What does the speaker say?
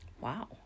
Wow